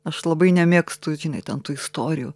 aš labai nemėgstu žinai ten tų istorijų